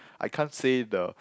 I can't say the